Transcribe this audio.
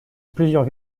plusieurs